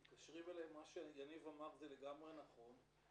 מתקשרים אליהם מה שיניב אמר, זה לגמרי נכון.